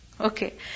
Okay